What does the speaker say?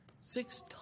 Six